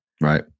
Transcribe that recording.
Right